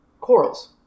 corals